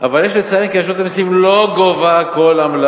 אבל יש לציין כי רשות המסים לא גובה כל עמלה